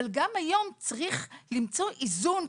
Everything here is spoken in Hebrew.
אבל גם היום צריך למצוא איזון,